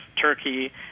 Turkey